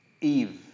Eve